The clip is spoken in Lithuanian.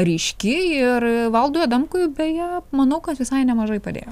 ryški ir valdui adamkui beje manau kad visai nemažai padėjo